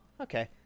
Okay